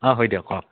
অ' হয় দিয়ক অ'